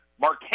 Mark